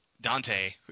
Dante